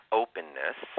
openness